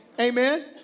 Amen